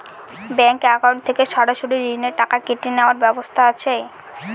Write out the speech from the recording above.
Bank account থেকে সরাসরি ঋণের টাকা কেটে নেওয়ার ব্যবস্থা আছে?